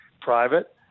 private